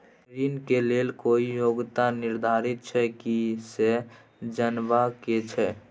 ऋण के लेल कोई योग्यता निर्धारित छै की से जनबा के छै?